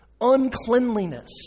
uncleanliness